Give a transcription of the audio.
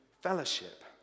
fellowship